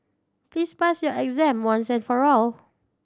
please pass your exam once and for all